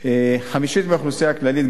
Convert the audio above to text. חמישית מהאוכלוסייה הכללית,